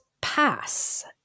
pass